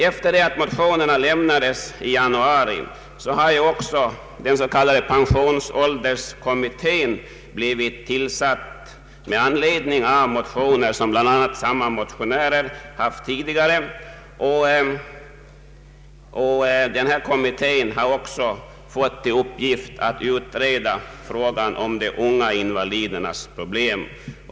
Efter det att motionerna avlämnades i januari har den s.k. pensionsålderskommittén blivit tillsatt, bl.a. med anledning av motioner som samma motionärer tidigare väckt. Den kommittén har också fått i uppdrag att utreda frågan om de unga invalidernas problem.